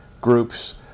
groups